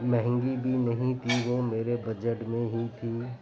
مہنگی بھی نہیں تھی وہ میرے بجٹ میں ہی تھی